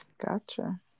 Gotcha